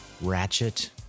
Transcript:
ratchet